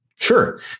Sure